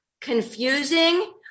confusing